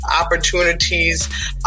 opportunities